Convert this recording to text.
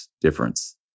difference